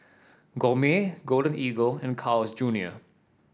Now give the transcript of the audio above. Gourmet Golden Eagle and Carl's Junior